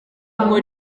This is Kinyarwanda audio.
ngo